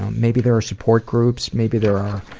maybe there are support groups. maybe there are